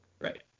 Right